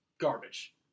garbage